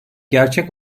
gerçek